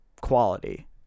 quality